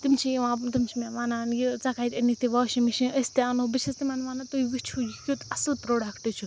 تِم چھِ یِوان تِم چھِ مےٚ وَنان یہِ ژےٚ کَتہِ أنِتھ یہِ واشِنٛگ مِشیٖن أسۍ تہِ اَنوٚو بہٕ چھیٚس تِمن وَنان تُہۍ وُچھو یہِ کیٛتھ اصٕل پرٛوڈکٹہٕ چھُ